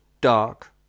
dark